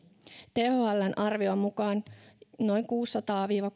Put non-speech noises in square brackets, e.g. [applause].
thln arvion mukaan [unintelligible] [unintelligible] [unintelligible] noin kuudessasadassa viiva [unintelligible]